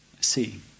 see